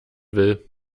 will